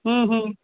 हूं हूं